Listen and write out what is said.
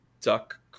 duck